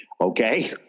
okay